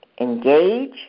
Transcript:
engage